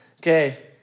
okay –